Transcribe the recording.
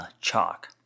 chalk